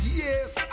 yes